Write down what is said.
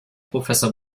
professor